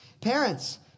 Parents